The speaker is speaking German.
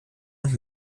und